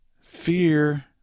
Fear